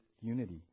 unity